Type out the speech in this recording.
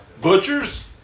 Butchers